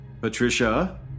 Patricia